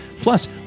Plus